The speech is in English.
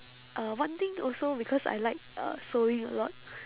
uh one thing also because I like uh sewing a lot